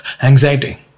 anxiety